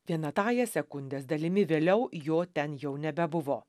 viena tąja sekundės dalimi vėliau jo ten jau nebebuvo